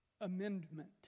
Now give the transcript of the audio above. amendment